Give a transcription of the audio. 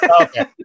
Okay